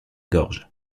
gorge